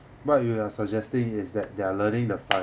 what you are suggesting is that they're learning the